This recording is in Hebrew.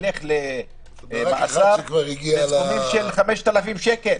וילך למאסר בסכומים של 5,000 שקל?